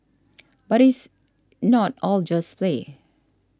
but it's not all just play